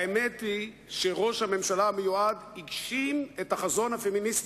האמת היא שראש הממשלה המיועד הגשים את החזון הפמיניסטי.